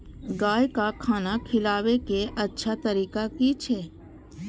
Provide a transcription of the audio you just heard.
गाय का खाना खिलाबे के अच्छा तरीका की छे?